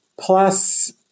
plus